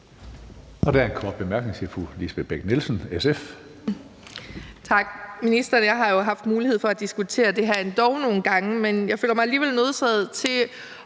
Bech-Nielsen, SF. Kl. 18:53 Lisbeth Bech-Nielsen (SF): Tak. Ministeren og jeg har jo haft lejlighed til at diskutere det her endog nogle gange, men jeg føler mig alligevel nødsaget til